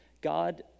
God